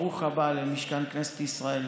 ברוך הבא למשכן כנסת ישראל.